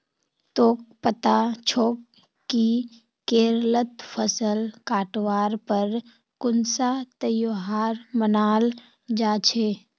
तोक पता छोक कि केरलत फसल काटवार पर कुन्सा त्योहार मनाल जा छे